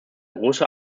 große